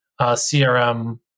CRM